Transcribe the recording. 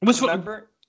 Remember